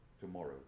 tomorrow